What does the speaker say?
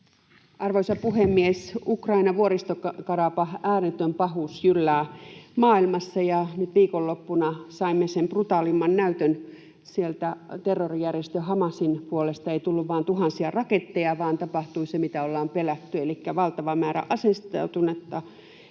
Arvoisa puhemies! Ukraina, Vuoristo-Karabah — ääretön pahuus jyllää maailmassa. Nyt viikonloppuna saimme sen brutaaleimman näytön: terrorijärjestö Hamasin puolesta ei tullut vain tuhansia raketteja, vaan tapahtui se, mitä ollaan pelätty, elikkä valtava määrä aseistautuneita